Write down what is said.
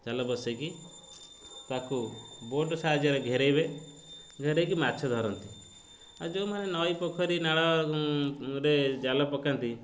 ଜାଲ ବସାଇକି ତା'କୁ ବୋଟ୍ ସାହାଯ୍ୟରେ ଘେରାଇବେ ଘେରାଇକି ମାଛ ଧରନ୍ତି ଆଉ ଯେଉଁ ମାନେ ନଈ ପୋଖରୀ ନାଳ ରେ ଜାଲ ପକାନ୍ତି